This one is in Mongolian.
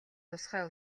тусгай